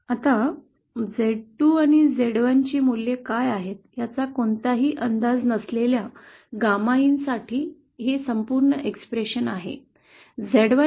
आता Z२ आणि Z१ ची मूल्ये काय आहेत याचा कोणताही अंदाज नसलेल्या GAMAin साठी हे संपूर्ण समीकरण आहे